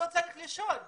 לא צריך לשאול אותו,